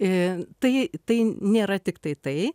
tai tai nėra tiktai tai